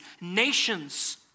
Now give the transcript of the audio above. nations